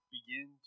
Begin